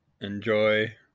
enjoy